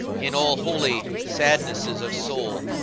in all holy sadnesses of soul,